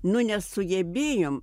nu nesugebėjom